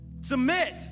submit